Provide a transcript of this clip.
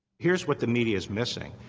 here's what the media's missing.